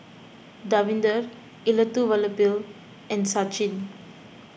Davinder Elattuvalapil and Sachin